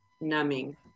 numbing